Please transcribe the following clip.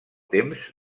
temps